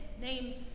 named